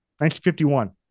1951